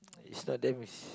it's not them it's